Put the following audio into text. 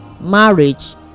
Marriage